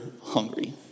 hungry